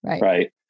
right